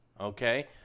okay